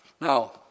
Now